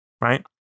right